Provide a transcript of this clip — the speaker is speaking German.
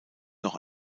noch